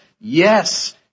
yes